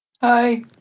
Hi